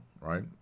right